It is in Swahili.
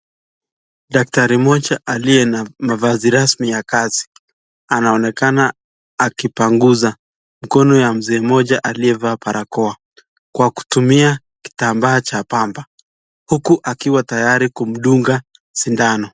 Daktari moja alliye na mavazi rasmi ya kazi, anaonekana akipanguza, mkono ya mzee moja aliyevaa barakoa kwa kutumia kitambaa cha pamba, huku akiwa tayari kumdunga sindano.